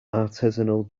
artisanal